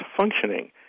functioning